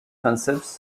concepts